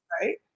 right